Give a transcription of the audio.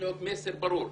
מסר ברור.